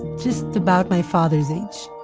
just about my father's age